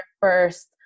first